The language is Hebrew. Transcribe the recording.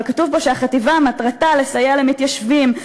אבל כתוב פה שהחטיבה "מטרתה לסייע למתיישבים,